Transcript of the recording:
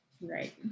right